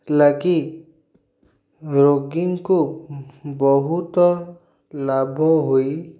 ଲାଗି ରୋଗୀଙ୍କୁ ବହୁତ ଲାଭ ହୋଇ